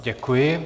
Děkuji.